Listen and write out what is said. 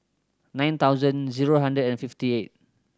nine thousand zero hundred and fifty eight